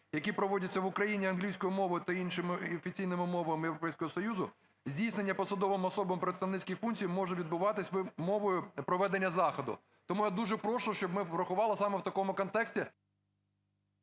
які проводяться в Україні англійською мовою та іншими офіційними мовами Європейського Союзу, здійснення посадовими особами представницькі функції можуть відбуватися мовою проведення заходу". Тому я дуже прошу, щоб ми врахували саме в такому контексті…